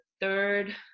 third